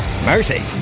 mercy